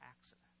accident